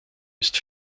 ist